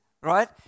right